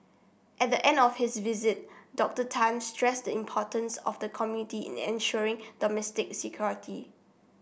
at the end of his visit Doctor Tan stressed the importance of the community in ensuring domestic security